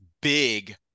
big